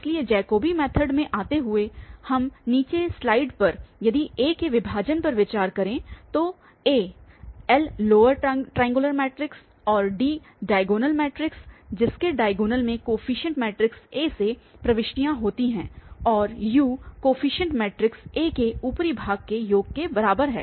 इसलिए Jacobi method में आते हुए हम नीचे स्लाइड पर यदि A के विभाजन पर विचार करें तो A L lower triangular matrix और D डायगोनल मैट्रिक्स जिसके डायगोनल में कोफीशिएंट मैट्रिक्स A से प्रविष्टियां होती हैं और U कोफीशिएंट मैट्रिक्स A के ऊपरी भाग के योग के बराबर है